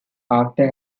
after